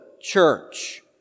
church